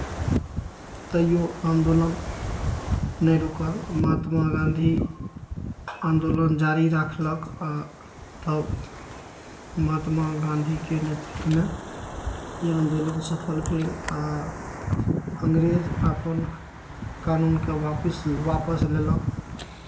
तैओ आन्दोलन नहि रुकल महात्मा गाँधी आन्दोलन जारी राखलक आ तब महात्मा गाँधीके नेतृत्वमे ई आन्दोलन सफल भेल आ अंग्रेज अपन कानूनकेँ वापिस वापस लेलक